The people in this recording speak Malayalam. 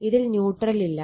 ഇതിൽ ന്യൂട്രൽ ഇല്ല